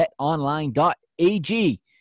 BetOnline.ag